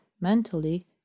Mentally